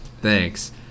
Thanks